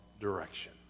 direction